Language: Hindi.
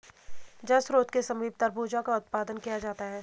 जल स्रोत के समीप तरबूजा का उत्पादन किया जाता है